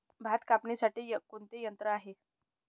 भात कापणीसाठी कोणते यंत्र आहे?